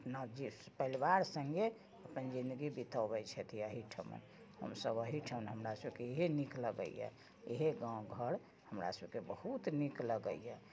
अपना जे पलिवार सङ्गे अपन जिनगी बीतबैत छथि एहिठमन हमसब एहिठमन हमरा सबके नीक लगैया इहे गाँव घर हमरा सबकेँ बहुत नीक लगैया